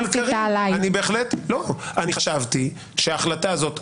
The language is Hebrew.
אני חשבתי שההחלטה הזאת,